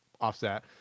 offset